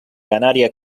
canaria